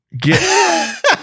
Get